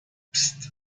psst